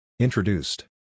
Introduced